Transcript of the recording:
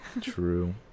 True